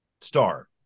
star